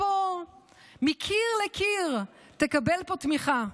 מקיר לקיר תקבל פה תמיכה.